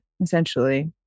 essentially